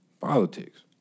politics